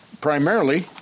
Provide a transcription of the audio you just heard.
Primarily